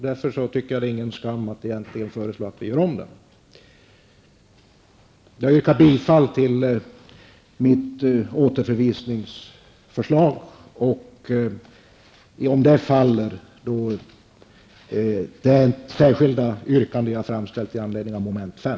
Därför tycker jag inte att det är skamligt att föreslå att vi utreder frågan på nytt. Jag yrkar bifall till mitt återförvisningsförslag. Om det skulle falla yrkar jag bifall till det särskilda yrkande som jag har framställt i anledning av mom. 5.